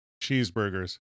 cheeseburgers